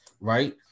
right